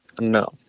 No